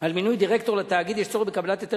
על מינוי דירקטור לתאגיד יש לקבל היתר